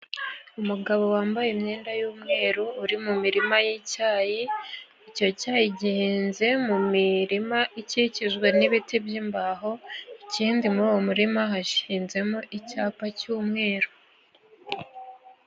Umugabo wambaye imyenda y'umweru, uri mu mirima y'icyayi. Icyo cyayi gihinze mu mirima ikikijwe n'ibiti by'imbaho. Ikindi muri uwo murima hashinzemo icyapa cy'umweru.